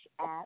app